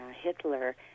Hitler